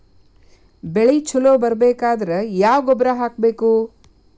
ಬೆಳಿ ಛಲೋ ಬರಬೇಕಾದರ ಯಾವ ಗೊಬ್ಬರ ಹಾಕಬೇಕು?